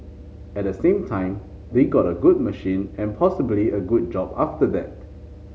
at the same time they got a good machine and possibly a good job after that